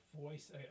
voice